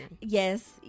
yes